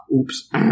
Oops